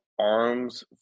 Arms